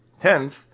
tenth